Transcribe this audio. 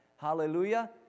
hallelujah